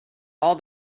all